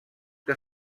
que